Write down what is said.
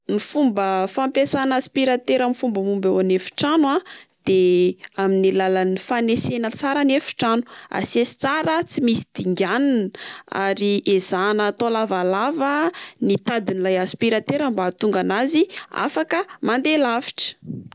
Ny fomba fampiasana aspiratera amin'ny fomba mahomby ao an'efitrano a de amin'ny alalan'ny fanesena tsara ny efitrano. Asesy tsara tsy misy dinganina, ary ezahana atao lavalava ny tadidin'ilay aspiratera mba ahatonga an'azy afaka mandeha alavitra.